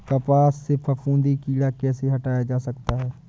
कपास से फफूंदी कीड़ा कैसे हटाया जा सकता है?